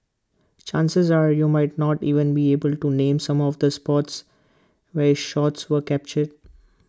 chances are you might not even be able to name some of the spots where shots were captured